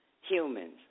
Humans